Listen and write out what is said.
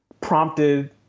prompted